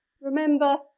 Remember